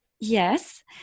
yes